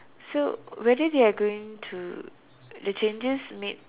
so whether they are going to the changes made